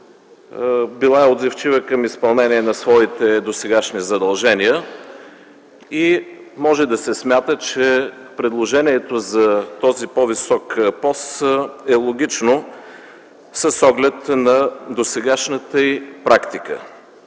била е отзивчива към изпълнение на своите досегашни задължения и може да се смята, че предложението за този по-висок пост е логично с оглед на досегашната й практика.